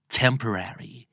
temporary